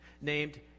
named